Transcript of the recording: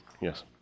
Yes